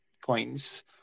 coins